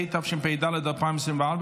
התשפ"ד 2024,